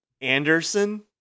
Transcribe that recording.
Anderson